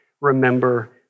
remember